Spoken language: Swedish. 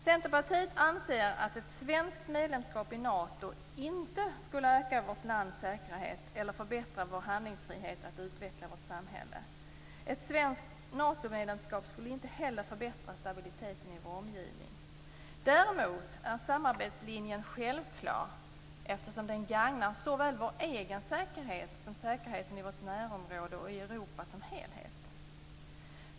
Centerpartiet anser att ett svenskt medlemskap i Nato inte skulle öka vårt lands säkerhet eller förbättra vår handlingsfrihet att utveckla vårt samhälle. Ett svenskt Natomedlemskap skulle inte heller förbättra stabiliteten i vår omgivning. Däremot är samarbetslinjen självklar eftersom den gagnar såväl vår egen säkerhet som säkerheten i vårt närområde och i Europa som helhet.